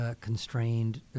constrained